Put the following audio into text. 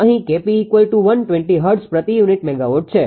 અહી 𝐾𝑝120 હર્ટ્ઝ પ્રતિ unit megawatt છે